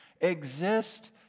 exist